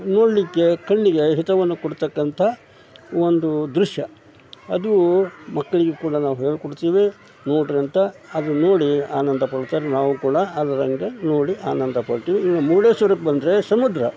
ನೋಡಲಿಕ್ಕೆ ಕಣ್ಣಿಗೆ ಹಿತವನ್ನು ಕೊಡ್ತಕ್ಕಂಥ ಒಂದು ದೃಶ್ಯ ಅದು ಮಕ್ಕಳಿಗೆ ಕೂಡ ನಾವು ಹೇಳಿಕೊಡ್ತೀವಿ ನೋಡಿರಂತ ಅದನ್ನು ನೋಡಿ ಆನಂದ ಪಡ್ತಾರೆ ನಾವು ಕೂಡ ಅದರಂಗೆ ನೋಡಿ ಆನಂದ ಪಟ್ಟೀವಿ ಇನ್ನು ಮುರ್ಡೇಶ್ವರಕ್ಕೆ ಬಂದರೆ ಸಮುದ್ರ